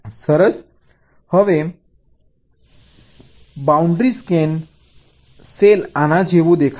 સરસ હવે boundary scan boundary scan cell આના જેવો દેખાય છે